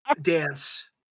dance